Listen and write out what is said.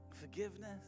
forgiveness